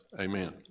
amen